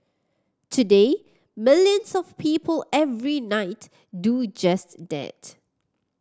today millions of people every night do just that